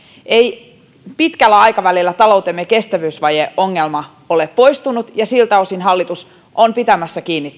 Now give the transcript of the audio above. ei pitkällä aikavälillä taloutemme kestävyysvajeongelma ole poistunut siltä osin hallitus on pitämässä kiinni